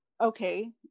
okay